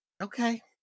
Okay